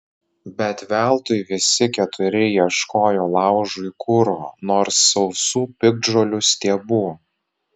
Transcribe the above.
bet veltui visi keturi ieškojo laužui kuro nors sausų piktžolių stiebų